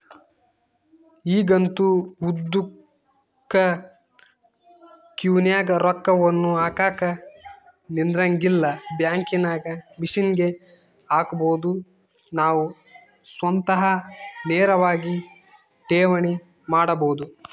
ಈಗಂತೂ ಉದ್ದುಕ ಕ್ಯೂನಗ ರೊಕ್ಕವನ್ನು ಹಾಕಕ ನಿಂದ್ರಂಗಿಲ್ಲ, ಬ್ಯಾಂಕಿನಾಗ ಮಿಷನ್ಗೆ ಹಾಕಬೊದು ನಾವು ಸ್ವತಃ ನೇರವಾಗಿ ಠೇವಣಿ ಮಾಡಬೊದು